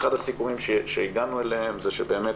אחד הסיכומים שהגענו אליהם, זה שבאמת